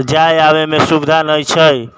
जाइ आबैमे सुविधा नहि छै